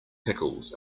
pickles